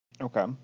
Okay